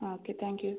okay thank you